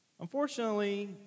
Unfortunately